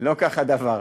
לא כך הדבר.